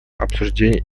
обсуждений